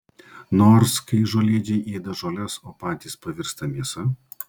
nors kai žolėdžiai ėda žoles o patys pavirsta mėsa